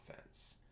offense